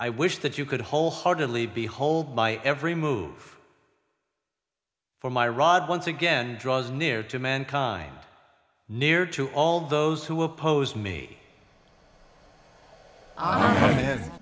i wish that you could wholeheartedly behold my every move for my rod once again draws near to mankind near to all those who oppose me